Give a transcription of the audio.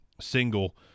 single